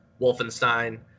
Wolfenstein